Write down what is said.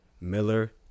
Miller